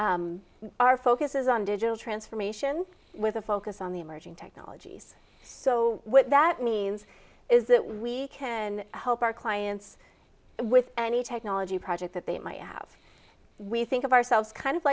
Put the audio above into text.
our focus is on digital transformations with a focus on the emerging technologies so what that means is that we can help our clients with any technology project that they might have we think of ourselves kind of